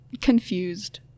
confused